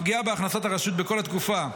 הפגיעה בהכנסות הרשות בכל התקופה,